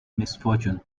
misfortunes